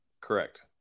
Correct